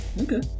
okay